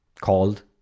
called